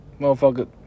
Motherfucker